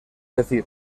decir